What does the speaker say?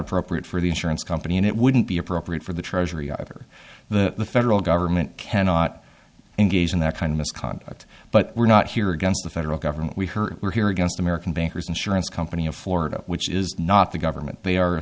appropriate for the insurance company and it wouldn't be appropriate for the treasury either the federal government cannot engage in that kind of misconduct but we're not here against the federal government we heard we're here against american bankers insurance company of florida which is not the government they are